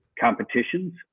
competitions